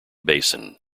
basin